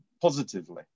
positively